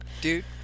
Dude